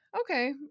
okay